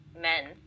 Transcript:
men